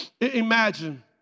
imagine